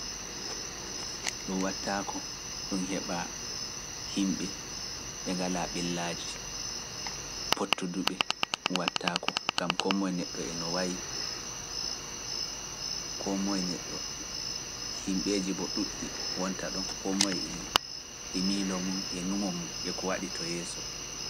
Ɗum wattaako ɗum heɓa himɓe ɓe ngalaa ɓillaaji pottudu ɓe, ɗum wattaako, gam kon moye neɗɗo e no wa’i, kon moye neɗɗo himɓeeji bo ɗuuɗɗi wonta ɗon, kon moye e miilo mum e nuŋo mum e ko waɗi to yeeso.